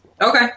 Okay